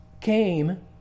came